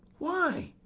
why,